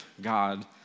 God